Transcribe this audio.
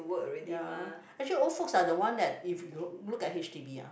ya actually old folks are the one that if you look at h_d_b !huh!